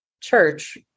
church